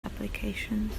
applications